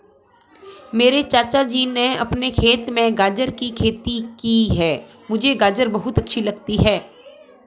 मेरे चाचा जी ने अपने खेत में गाजर की खेती की है मुझे गाजर बहुत अच्छी लगती है